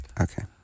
Okay